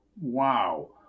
Wow